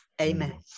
Amen